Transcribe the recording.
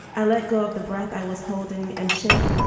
i let go of the breath i was holding. and shake.